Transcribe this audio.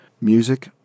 music